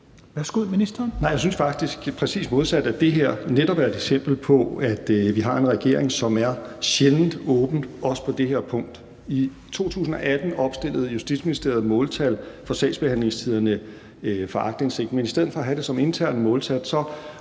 modsat, at det her netop er et eksempel på, at vi har en regering, som er sjældent åben, også på det her punkt. I 2018 opstillede Justitsministeriet måltal for sagsbehandlingstiderne for aktindsigt, men i stedet for at have dem som interne måltal